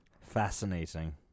Fascinating